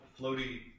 floaty